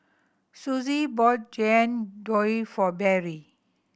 Sussie bought Jian Dui for Berry